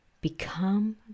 Become